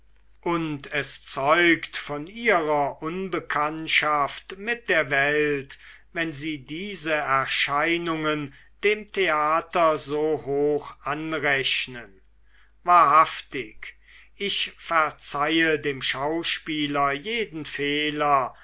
und es zeugt von ihrer unbekanntschaft mit der welt wenn sie die erscheinungen dem theater so hoch anrechnen wahrhaftig ich verzeihe dem schauspieler jeden fehler